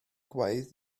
gwaith